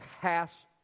pass